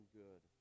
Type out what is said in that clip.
good